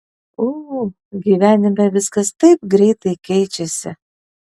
ū gyvenime viskas taip greitai keičiasi